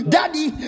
Daddy